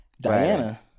Diana-